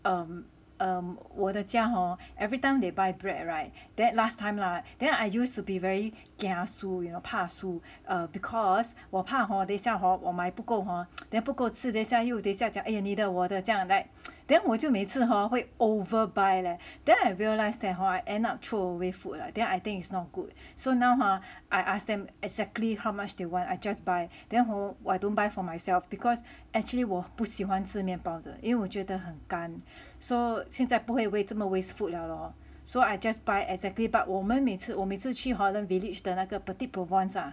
err err 我的家 hor everytime they buy bread [right] that last time lah then I used to be very kiasu you know 怕输 because 我怕 hor 等下 hor 买不够 hor then 不够吃等下又等下讲 !aiya! 你的我的这样 like then 我就每次 hor 会 over buy leh then I realise that hor I end up throw away food leh then I think it's not good so now !huh! I asked them exactly how much they want I just buy then hor I don't buy for myself because actually 我不喜欢吃面包的因为我觉得很干 so since 不会为这么 waste food liao lor so I just buy exactly but 我们每次我每次去 holland village 的那个 Petit Provence ah